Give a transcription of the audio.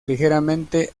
ligeramente